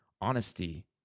honesty